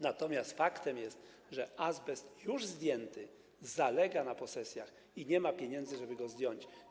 Natomiast faktem jest, że azbest, już zdjęty, zalega na posesjach i że nie ma pieniędzy, żeby go zdjąć.